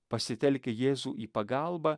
pasitelkę jėzų į pagalbą